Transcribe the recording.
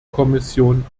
kommission